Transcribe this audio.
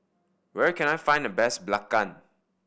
where can I find the best belacan